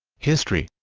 history